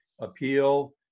appeal